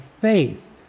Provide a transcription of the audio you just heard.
faith